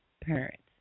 parents